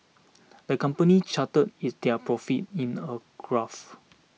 the company charted his their profits in a graph